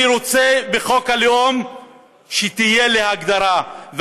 אני רוצה שתהיה לי הגדרה בחוק הלאום,